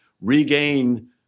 regain